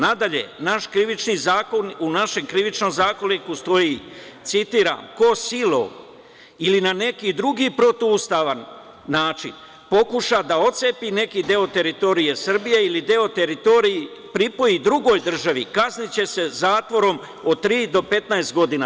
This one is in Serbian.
Nadalje, u našem Krivičnom zakoniku stoji, citiram – ko silom ili na neki drugi protivustavan način pokuša da otcepi neki deo teritorije Srbije ili deo teritorije pripoji drugoj državi, kazniće se zatvorom od tri do 15 godina.